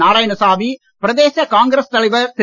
நாராயணசாமி பிரதேச காங்கிரஸ் தலைவர் திரு